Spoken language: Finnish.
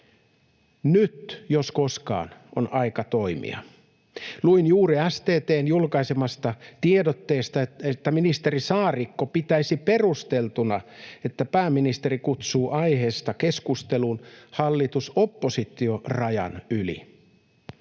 Nyt jos koskaan on aika toimia. Luin juuri STT:n julkaisemasta tiedotteesta, että ministeri Saarikko pitäisi perusteltuna, että pääministeri kutsuu aiheesta keskusteluun hallitus—oppositio-rajan yli.